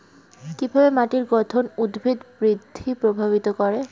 কিভাবে মাটির গঠন উদ্ভিদ বৃদ্ধি প্রভাবিত করে?